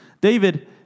David